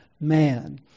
man